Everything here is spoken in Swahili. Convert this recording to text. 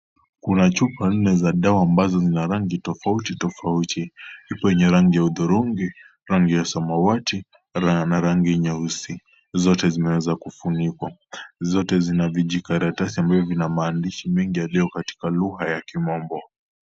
Kuna chupa nne za dawa ambazo zina rangi tofauti tofauti. Ipo yenye rangi ya udhurungi, rangi ya samawati na rangi nyeusi. Zote zimeweza kufunikwa. Zote zina vijikaratasi ambavyo vina maandishi mengi yaliyo katika lugha ya kimombo.